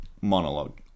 monologue